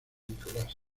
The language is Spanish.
nicolás